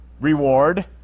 reward